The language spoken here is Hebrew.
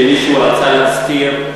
שמישהו רצה להסתיר,